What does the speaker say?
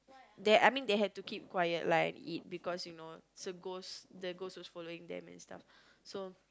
they I mean like they have to keep quiet like and eat because you know it's a ghost the ghost was following them and stuff